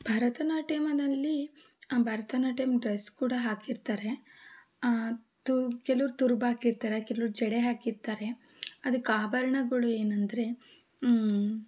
ಭರತನಾಟ್ಯಮದಲ್ಲಿ Bharatanatyam dress ಕೂಡ ಹಾಕಿರ್ತಾರೆ ತುರ್ ಕೆಲವರು ತುರ್ಬಾಕಿರ್ತಾರೆ ಕೆಲವರು ಜಡೆ ಹಾಕಿರ್ತಾರೆ ಅದಕ್ಕೆ ಆಭರಣಗಳು ಏನೆಂದರೆ